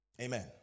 Amen